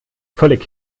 völlig